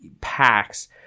packs